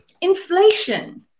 inflation